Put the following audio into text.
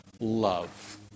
love